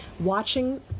watching